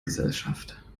gesellschaft